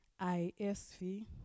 ISV